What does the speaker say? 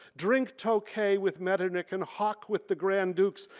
drink tokay with metternich and hoc with the grand dukes,